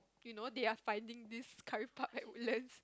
you know they are finding this curry puff at Woodlands